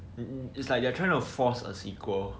eh it's like they are trying to force a sequel